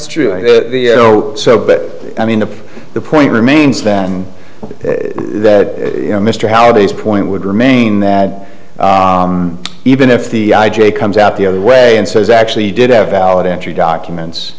's true i know so but i mean to the point remains that that mr howard is point would remain that even if the i j a comes out the other way and says actually did have valid entry documents